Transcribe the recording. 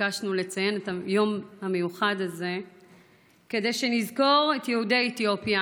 ביקשנו לציין את היום המיוחד הזה כדי שנזכור את יהודי אתיופיה,